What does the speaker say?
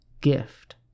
gift